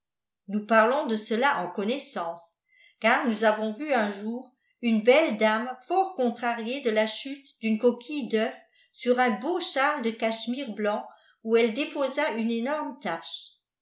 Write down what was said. nous parlons de cela en connaissance car nous avons vu un jour une belle dame fort contrariée de la chute d'une coquille d œuf sur un beau chle de cachemire blanc où elle déposa une énorme tache